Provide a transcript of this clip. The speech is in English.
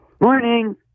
Morning